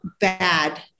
bad